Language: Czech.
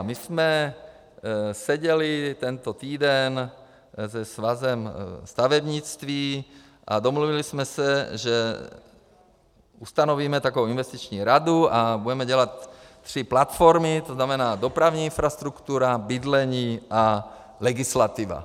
My jsme seděli tento týden se Svazem stavebnictví a domluvili jsme se, že ustanovíme takovou investiční radu a budeme dělat tři platformy, to znamená dopravní infrastruktura, bydlení a legislativa.